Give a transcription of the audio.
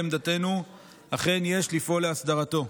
לעמדתנו אכן יש לפעול להסדרתו.